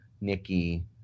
Nikki